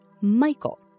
Michael